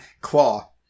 Claw